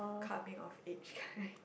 coming of age kind